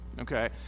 okay